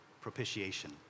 propitiation